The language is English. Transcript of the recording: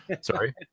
Sorry